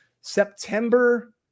September